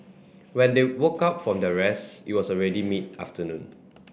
when they woke up from their rest it was already mid afternoon